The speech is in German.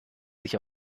sich